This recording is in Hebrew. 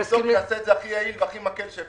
נעשה את זה הכי יעיל והכי מקל.